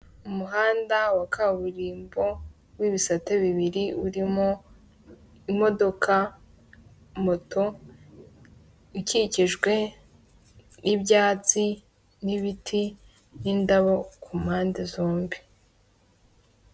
Abagabo bane harimo babiri bambaye imyenda y'umukara yambarwa n'abapolisi bo mu Rwanda hagati y'abo harimo umugabo wambaye ikanzu y'umweru n'ingofero y'umweru n'inkweto z'umukara, umeze nk'umunyabyaha ufite uruhu rwirabura bazwi nk'abazungu. Inyuma y'abo hari imodoka ifite amabara y'umweru, ubururu n'amatara y'umutuku n'ubururu impande y'imodoka hahagaze umugabo.